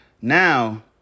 Now